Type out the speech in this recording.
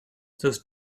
those